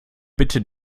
bitten